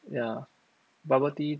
ya bubble tea